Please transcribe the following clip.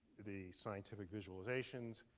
the scientific visualizations.